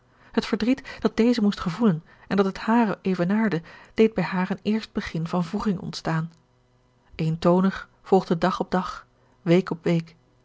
het verdriet dat deze moest gevoelen en dat het hare evenaarde deed bij haar een eerst begin van wroeging ontstaan eentoonig volgde dag op dag week op week